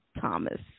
Thomas